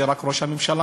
זה רק ראש הממשלה.